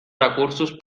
recursos